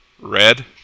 red